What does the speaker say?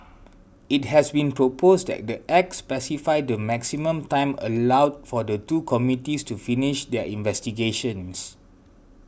it has been proposed that the Act specify the maximum time allowed for the two committees to finish their investigations